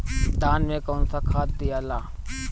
धान मे कौन सा खाद दियाला?